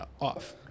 off